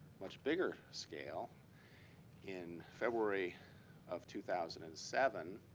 much bigger scale in february of two thousand and seven,